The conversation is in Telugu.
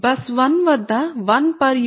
బస్ 1 వద్ద 1 p